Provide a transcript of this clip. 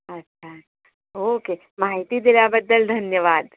अच्छा ओके माहिती दिल्याबद्दल धन्यवाद